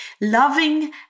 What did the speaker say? loving